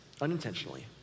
unintentionally